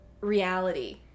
reality